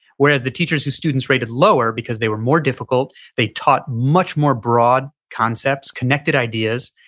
whereas the teachers who students rated lower because they were more difficult, they taught much more broad concepts, connected ideas.